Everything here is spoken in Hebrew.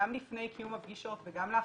גם לפני קיום הפגישות וגם לאחריהן,